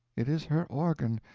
it is her organ.